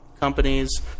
companies